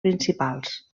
principals